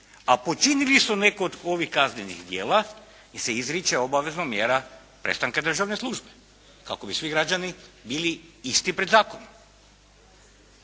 a počinili su neku od ovih kaznenih djela, da im se izriče obavezno mjera prestanka državne službe, kako bi svi građani bili isti pred zakonom.